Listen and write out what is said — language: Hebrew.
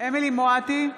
אמילי חיה מואטי,